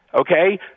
okay